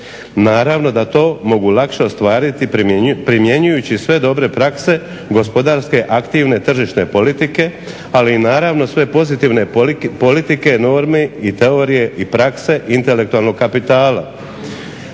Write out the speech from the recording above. Naravno da to mogu lakše ostvariti primjenjujući sve dobre prakse gospodarske aktivne tržišne politike, ali i naravno sve pozitivne politike, norme i teorije i prakse intelektualnog kapitala.